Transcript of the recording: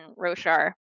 Roshar